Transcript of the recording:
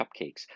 cupcakes